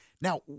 Now